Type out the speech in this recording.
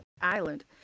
Island